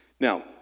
Now